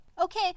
Okay